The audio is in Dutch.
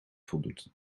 voldoet